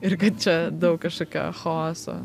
ir kad čia daug kažkokio chaoso